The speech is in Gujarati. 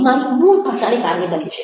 મારી મૂળ ભાષાને કારણે બને છે